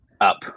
up